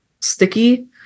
sticky